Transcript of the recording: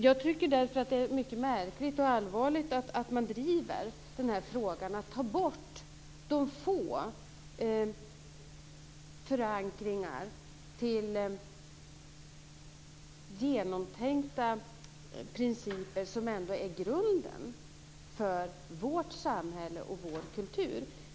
Jag tycker därför att det är mycket märkligt och allvarligt att man driver frågan om att ta bort de få förankringar till genomtänkta principer som ändå är grunden för vårt samhälle och vår kultur.